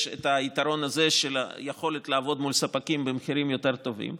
את היתרון הזה של היכולת לעבוד מול ספקים במחירים יותר טובים,